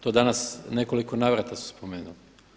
To danas u nekoliko navrata su spomenuli.